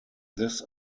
this